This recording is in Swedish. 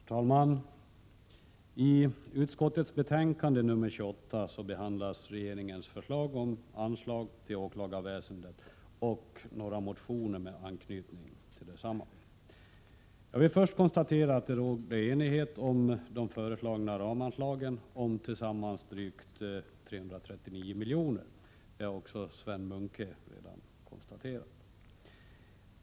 Herr talman! I justitieutskottets betänkande nr 28 behandlas regeringens förslag om anslag till åklagarväsendet och några motioner med anknytning till detsamma. Jag vill först konstatera att det råder enighet om de föreslagna ramanslagen om tillsammans drygt 339 milj.kr. Det har också Sven Munke redan konstaterat.